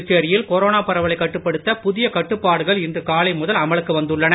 புதுச்சோியில் corona பரவலைக் கட்டுப்படுத்த புதிய கட்டுப்பாடுகள் இன்று காலை முதல் அமலுக்கு வந்துள்ளன